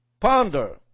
ponder